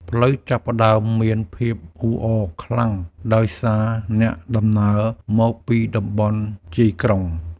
ផ្លូវចាប់ផ្ដើមមានភាពអ៊ូអរខ្លាំងដោយសារអ្នកដំណើរមកពីតំបន់ជាយក្រុង។